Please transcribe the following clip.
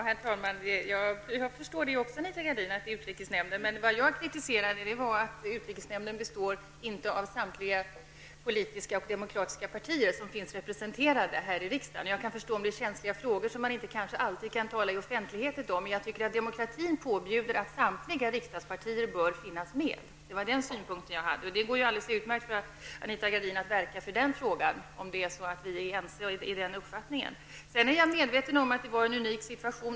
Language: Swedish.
Herr talman! Jag förstår också att det är till utrikesnämnden som Anita Gradin skall gå. Men det som jag kritiserade var att utrikesnämnden inte består av samtliga demokratiska politiska partier som finns representerade här i riksdagen. Jag kan förstå att man i utrikesnämnden tar upp känsliga frågor som man inte alltid kan tala om offentligt. Men jag tycker att demokratin påbjuder att samtliga riksdagspartier bör finnas representerade i utrikesnämnden. Det var den synpunkten jag hade. Det går alldeles utmärkt för Anita Gradin att verka för den frågan om vi är ense om den uppfattningen. Jag är medveten om att det var en unik situation.